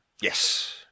Yes